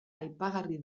aipagarri